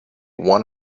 one